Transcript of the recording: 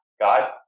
god